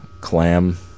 Clam